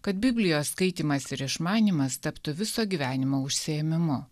kad biblijos skaitymas ir išmanymas taptų viso gyvenimo užsiėmimu